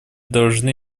должны